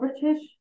British